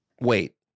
wait